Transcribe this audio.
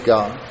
God